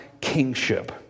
kingship